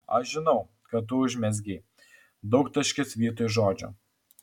aš žinau kad tu užmezgei daugtaškis vietoj žodžio